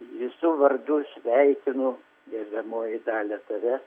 visų vardu sveikinu gerbiamoji dalia tave